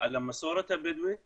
על המסורת הבדואית